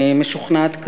אני משוכנעת,